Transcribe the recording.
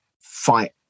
fight